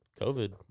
COVID